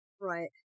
right